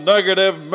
Negative